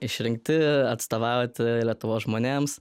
išrinkti atstovauti lietuvos žmonėms